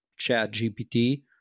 ChatGPT